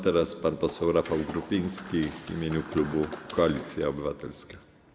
Teraz pan poseł Rafał Grupiński w imieniu klubu Koalicja Obywatelska.